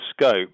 scope